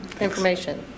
information